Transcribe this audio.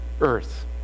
earth